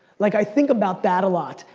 like i think about that a lot.